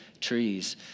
trees